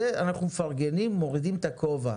זה אנחנו מפרגנים, מורידים את הכובע,